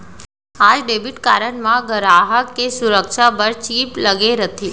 आज debit card म गराहक के सुरक्छा बर चिप लगे रथे